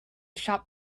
shop